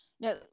no